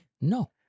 No